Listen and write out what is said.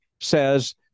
says